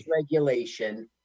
regulation